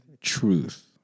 truth